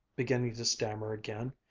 beginning to stammer again.